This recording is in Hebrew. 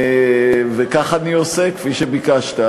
וכך אני עושה, כפי שביקשת.